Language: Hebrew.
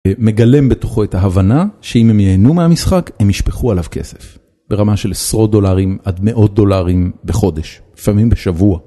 מגלם בתוכו את ההבנה שאם הם ייהנו מהמשחק, הם ישפכו עליו כסף. ברמה של עשרות דולרים עד מאות דולרים בחודש, לפעמים בשבוע.